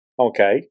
Okay